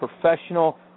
professional